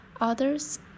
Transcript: others